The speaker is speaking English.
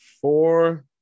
four